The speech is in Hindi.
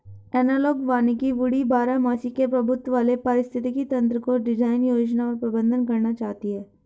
एनालॉग वानिकी वुडी बारहमासी के प्रभुत्व वाले पारिस्थितिक तंत्रको डिजाइन, योजना और प्रबंधन करना चाहती है